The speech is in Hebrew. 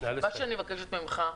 מה שאני מבקשת ממך,